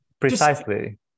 Precisely